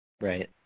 Right